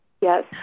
Yes